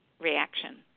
reaction